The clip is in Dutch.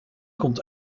komt